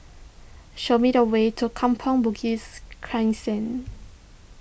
show me the way to Kampong Bugis Crescent